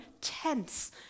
tense